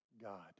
God